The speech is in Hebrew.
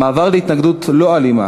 המעבר להתנגדות לא אלימה